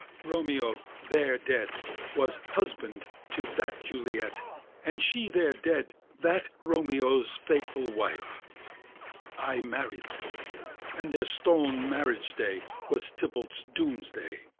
romeo, there dead was husband to that juliet and she, there dead, that romeo's faithful wife i married them and their stol'n marriage day was tybalt's doomsday,